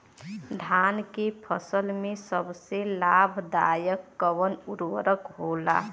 धान के फसल में सबसे लाभ दायक कवन उर्वरक होला?